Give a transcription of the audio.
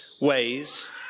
ways